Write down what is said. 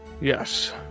Yes